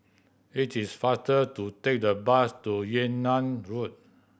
it is faster to take the bus to Yunnan Road